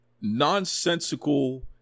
nonsensical